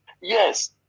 Yes